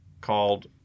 called